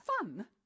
Fun